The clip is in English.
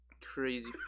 crazy